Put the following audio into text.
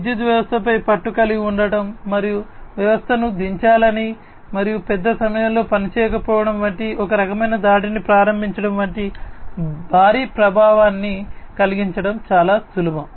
విద్యుత్ వ్యవస్థపై పట్టు కలిగి ఉండటం మరియు వ్యవస్థను దించాలని మరియు పెద్ద సమయములో పనిచేయకపోవటం వంటి ఒక రకమైన దాడిని ప్రారంభించడం వంటి భారీ ప్రభావాన్ని కలిగించడం చాలా సులభం